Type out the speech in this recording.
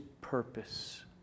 purpose